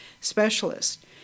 specialist